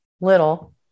little